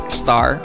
*star